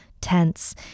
tense